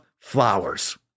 flowers